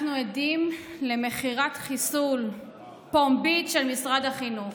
אנחנו עדים למכירת חיסול פומבית של משרד החינוך.